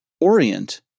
Orient